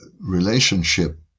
relationship